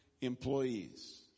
employees